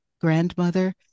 grandmother